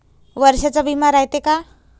वर्षाचा बिमा रायते का?